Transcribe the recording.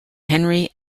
henry